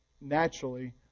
naturally